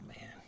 man